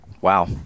wow